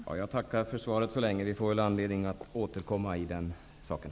Fru talman! Jag tackar så länge för det beskedet. Vi får väl anledning att återkomma i frågan.